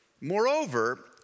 Moreover